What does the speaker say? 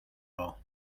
all